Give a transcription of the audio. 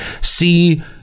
see